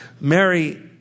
Mary